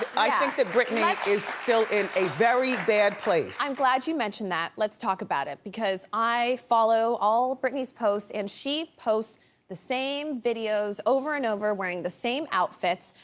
i think that britney is still in a very bad place. i'm glad you mentioned that. let's talk about it, because i follow all britney's posts. and she posts the same videos over and over, wearing the same outfits.